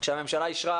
שהממשלה אישרה